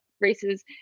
races